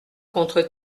contre